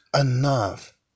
enough